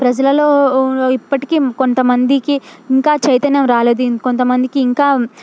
ప్రజలలో ఇప్పటికీ కొంత మందికి ఇంకా చైతన్యం రాలేదు ఇంకొంత మందికి ఇంకా